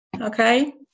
okay